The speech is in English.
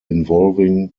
involving